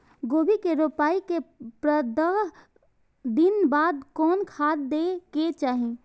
गोभी के रोपाई के पंद्रह दिन बाद कोन खाद दे के चाही?